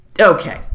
Okay